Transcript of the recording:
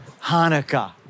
Hanukkah